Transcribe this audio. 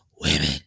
women